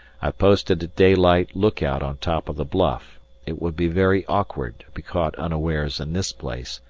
i've posted a daylight look-out on top of the bluff it would be very awkward to be caught unawares in this place,